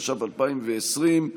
התש"ף 2020,